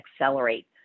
accelerate